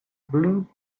blue